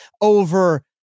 over